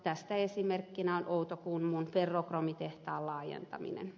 tästä esimerkkinä on outokummun ferrokromitehtaan laajentaminen